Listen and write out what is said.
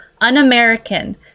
un-American